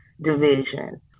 division